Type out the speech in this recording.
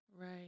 Right